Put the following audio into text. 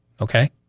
Okay